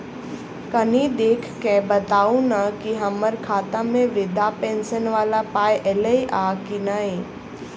कनि देख कऽ बताऊ न की हम्मर खाता मे वृद्धा पेंशन वला पाई ऐलई आ की नहि?